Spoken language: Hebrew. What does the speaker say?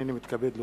הנני מתכבד להודיע,